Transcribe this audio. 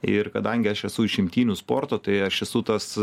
ir kadangi aš esu iš imtynių sporto tai aš esu tas